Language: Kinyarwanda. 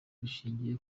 dushingiye